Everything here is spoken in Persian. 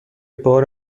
بار